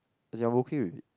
as in I'm okay with it